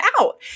out